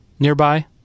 Nearby